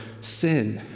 sin